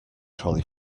trolley